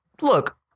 look